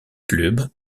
clube